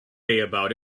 about